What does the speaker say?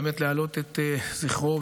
באמת להעלות את זכרו.